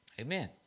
Amen